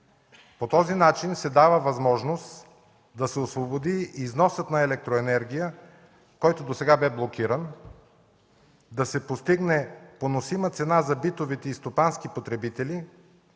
По този начин се дава възможност да се освободи износът на електроенергия, който досега бе блокиран, да се постигне поносима цена за битовите и стопански потребители